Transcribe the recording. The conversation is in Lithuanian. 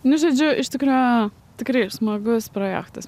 nu žodžiu iš tikro yra tikrai smagus projektas